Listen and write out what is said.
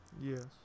Yes